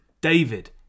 David